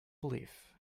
belief